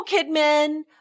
Kidman